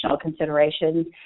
considerations